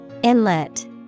Inlet